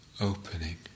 opening